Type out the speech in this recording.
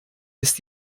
ist